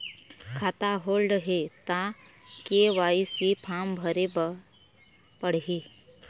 खाता होल्ड हे ता के.वाई.सी फार्म भरे भरे बर पड़ही?